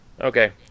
Okay